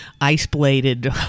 ice-bladed